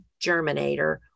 germinator